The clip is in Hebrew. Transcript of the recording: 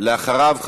אחריו,